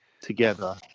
together